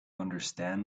understand